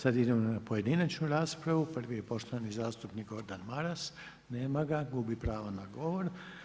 Sad idemo na pojedinačnu raspravu, prvi je poštovani zastupnik Gordan Maras, nema ga, gubi pravo na govor.